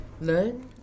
Learn